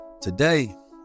Today